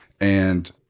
and-